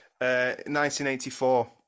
1984